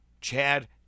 Chad